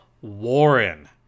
Warren